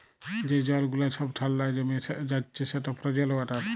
যে জল গুলা ছব ঠাল্ডায় জমে যাচ্ছে সেট ফ্রজেল ওয়াটার